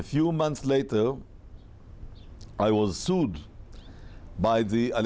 a few months later i was sued by the